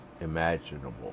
imaginable